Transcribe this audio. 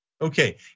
Okay